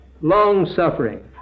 long-suffering